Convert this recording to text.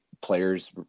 Players